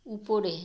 উপরে